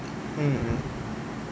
mm mm